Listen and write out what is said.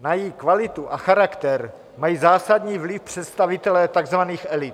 Na její kvalitu a charakter mají zásadní vliv představitelé takzvaných elit.